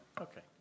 Okay